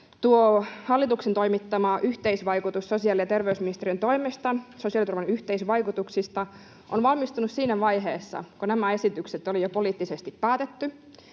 itse asiassa tuo hallituksen sosiaali‑ ja terveysministeriön toimesta toimittama arviointi sosiaaliturvan yhteisvaikutuksista valmistui siinä vaiheessa, kun nämä esitykset oli jo poliittisesti päätetty.